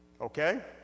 Okay